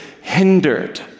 hindered